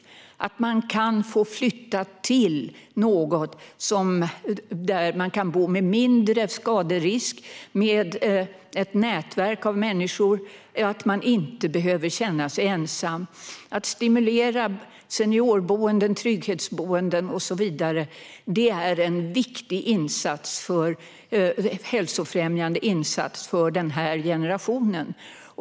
Det är viktigt att man kan få flytta någonstans där man kan bo med mindre skaderisk, med ett nätverk av människor och inte behöver känna sig ensam. Att stimulera seniorboenden, trygghetsboenden och så vidare är en viktig hälsofrämjande insats för den här generationen.